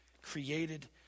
Created